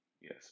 yes